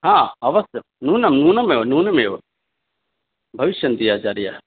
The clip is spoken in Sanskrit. हा अवश्यं नूनं नूनमेव नूनमेव भविष्यन्ति आचार्य